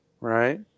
right